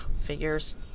figures